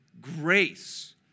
Grace